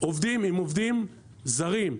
עובדים עם עובדים זרים,